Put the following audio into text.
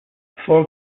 before